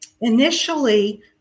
initially